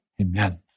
Amen